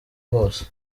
hose